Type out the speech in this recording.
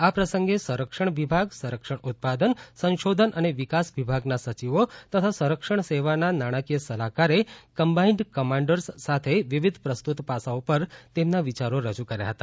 આ પ્રસંગે સંરક્ષણ વિભાગ સંરક્ષણ ઉત્પાદન સંશોધન અને વિકાસ વિભાગના સચિવો તથા સંરક્ષણ સેવાના નાણાકીય સલાહકારે કમ્બાઇન્ડ કમાન્ડર્સ સાથે વિવિધ પ્રસ્તુત પાસાઓ પર તેમના વિયારો રજુ કર્યા હતા